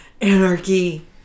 Anarchy